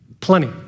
Plenty